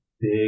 big